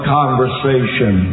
conversation